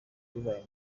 bibaye